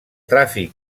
tràfic